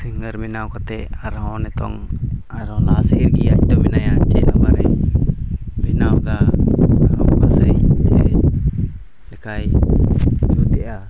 ᱥᱤᱝᱜᱟᱨ ᱵᱮᱱᱟᱣ ᱠᱟᱛᱮᱫ ᱟᱨᱦᱚᱸ ᱱᱤᱛᱚᱝ ᱟᱨᱦᱚᱸ ᱞᱟᱦᱟᱥᱮᱫ ᱤᱫᱤᱭᱟᱭ ᱚᱠᱟᱨᱮ ᱵᱮᱱᱟᱣᱫᱟ ᱪᱤᱠᱟᱭ ᱡᱩᱛᱮᱜᱼᱟ